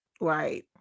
Right